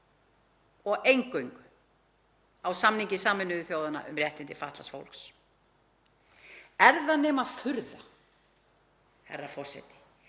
eingöngu á samningi Sameinuðu þjóðanna um réttindi fatlaðs fólks. Er það nema furða, herra forseti,